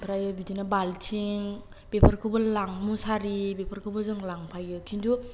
ओमफ्राय बिदिनो बालथिं बेफोरखौबो लाङो मुसारि बेफोरखौबो जों लांफायो खिनथु